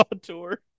tour